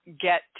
get